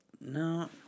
No